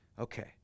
okay